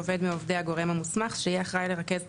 עובד מעובדי הגורם המוסמך שיהיה אחראי לרכז את